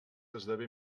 esdevé